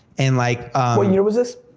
and like what year was this?